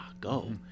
go